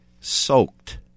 soaked